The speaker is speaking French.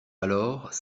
alors